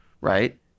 right